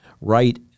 right